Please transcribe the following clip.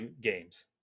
games